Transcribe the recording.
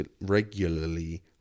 regularly